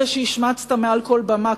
אלה שהשמצת מעל כל במה,